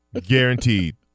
Guaranteed